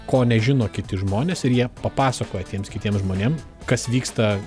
ko nežino kiti žmonės ir jie papasakoja tiems kitiems žmonėm kas vyksta